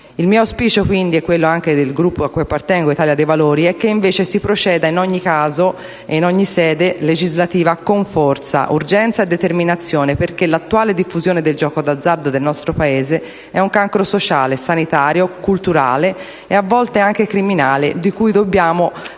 Italia dei Valori del Gruppo Misto, cui appartengo, è che invece si proceda in ogni caso e in ogni sede legislativa con forza, urgenza e determinazione perché l'attuale diffusione del gioco d'azzardo nel nostro Paese è un cancro sociale, sanitario, culturale e a volte anche criminale, di cui dobbiamo liberarci.